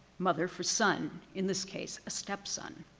mother for son in this case, a stepson.